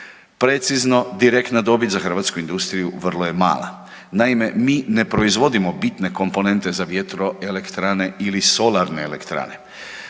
Precizno direktna dobit za hrvatsku industriju vrlo je mala. Naime, mi ne proizvodimo bitne komponente za vjetroelektrane ili solarne elektrane.